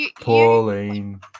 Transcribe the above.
pauline